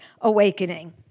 awakening